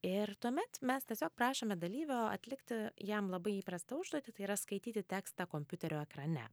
ir tuomet mes tiesiog prašome dalyvio atlikti jam labai įprastą užduotį tai yra skaityti tekstą kompiuterio ekrane